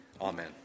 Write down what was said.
Amen